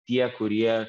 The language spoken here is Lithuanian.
tie kurie